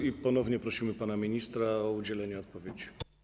I ponownie prosimy pana ministra o udzielenie odpowiedzi.